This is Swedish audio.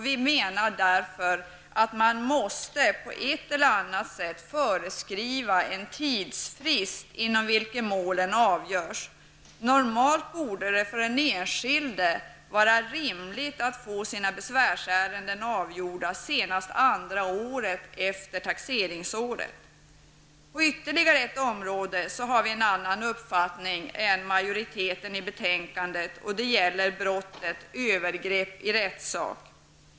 Vi menar därför att man på ett eller annat sätt måste föreskriva en tidsfrist inom vilken målen avgörs. Normalt borde det för den enskilde vara rimligt att få sina besvärsärenden avgjorda senast under det andra året efter taxeringsåret. På ytterligare ett område har vi en annan uppfattning i betänkandet än majoriteten, och det gäller brottet övergrepp i rättssak.